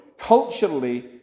culturally